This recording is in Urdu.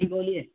جی بولیے